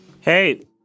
Hey